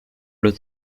parle